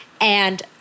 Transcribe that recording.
And-